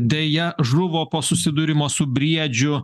deja žuvo po susidūrimo su briedžiu